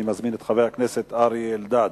אני מזמין את חבר הכנסת אריה אלדד.